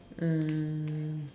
um